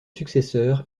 successeur